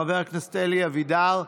חבר הכנסת אלי אבידר,